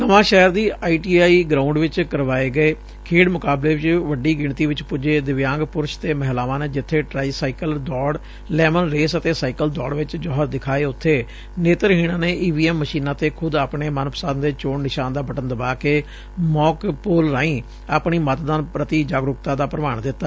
ਨਵਾਂਸ਼ਹਿਰ ਦੀ I T I ground ਚ ਕਰਵਾਏ ਗਏ ਖੇਡ ਮੁਕਾਬਲੇ ਚ ਵੱਡੀ ਗਿਣਤੀ ਚ ਪੁੱਜੇ ਦਿਵਿਆਂਗ ਪੁਰਸ਼ ਤੇ ਮਹਿਲਾਵਾਂ ਨੇ ਜਿੱਥੇ ਟ੍ਾਈਸਾਈਕਲ ਦੌੜ ਲੈਮਨ ਰੇਸ ਤੇ ਸਾਈਕਲ ਦੌੜ ਚ ਜੌਹਰ ਦਿਖਾਏ ਉਥੇ ਨੇਤਰਹੀਣਾਂ ਨੇ ਈ ਵੀ ਐਮ ਮਸ਼ੀਨਾਂ ਤੇ ਖੁਦ ਆਪਣੇ ਮਨਪਸੰਦ ਦੇ ਚੋਣ ਨਿਸ਼ਾਨ ਦਾ ਬਟਨ ਦਬਾ ਕੇ ਮੋਕ ਪੋਲ ਰਾਹੀ ਆਪਣੀ ਮਤਦਾਨ ਪ੍ਤੀ ਜਾਗਰੂਕਤਾ ਦਾ ਪ੍ਮਾਣ ਦਿੱਤਾ